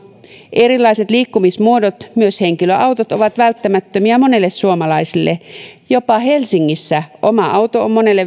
erilaiset liikkumismuodot myös henkilöautot ovat välttämättömiä monelle suomalaiselle jopa helsingissä oma auto on monelle